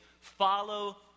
Follow